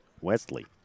Wesley